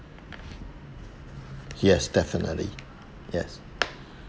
yes definitely yes